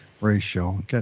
ratio